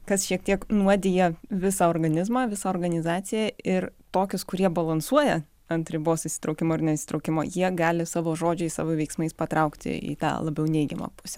kas šiek tiek nuodija visą organizmą visą organizaciją ir tokius kurie balansuoja ant ribos įsitraukimo ir neįsitraukimo jie gali savo žodžiais savo veiksmais patraukti į tą labiau neigiamą pusę